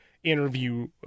interview